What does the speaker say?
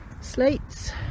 slates